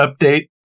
update